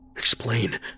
Explain